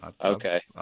okay